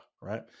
right